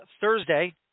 Thursday